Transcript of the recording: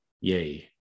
Yay